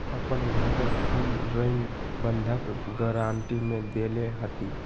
अपन घर हम ऋण बंधक गरान्टी में देले हती